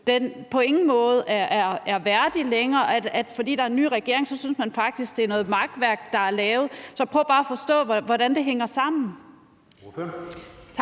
om, på ingen måde er værdig længere, altså at fordi der er en ny regering, synes man faktisk, at det er noget makværk, der er lavet. Så jeg prøver bare at forstå, hvordan det hænger sammen.